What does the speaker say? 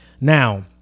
now